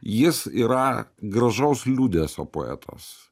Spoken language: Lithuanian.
jis yra gražaus liūdesio poetos